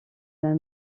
d’un